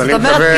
אז אני מקווה,